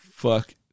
Fuck